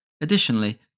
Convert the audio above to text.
Additionally